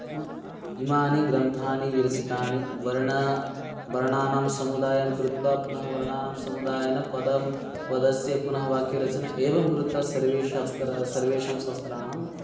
नाम इमानि ग्रन्थानि विरचितानि वर्णं वर्णानां समुदायं कृत्वा पुनः वर्णानां समुदायेन पदं पदस्य पुनः वाक्यरचना एवं कृतं सर्वेशास्त्रं सर्वेषां शास्त्राणाम्